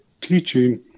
teaching